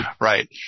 Right